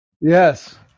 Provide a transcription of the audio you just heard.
yes